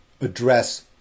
address